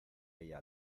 ella